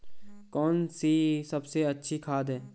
कौन सी सबसे अच्छी खाद है?